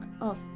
off